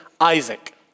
Isaac